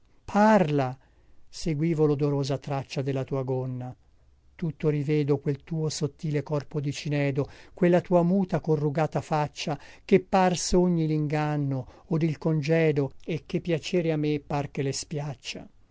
parla seguivo lodorosa traccia della tua gonna tuttavia rivedo quel tuo sottile corpo di cinedo quella tua muta corrugata faccia che par sogni linganno od il congedo e che piacere a me par che le spiaccia